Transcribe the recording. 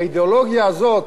האידיאולוגיה הזו,